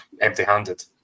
empty-handed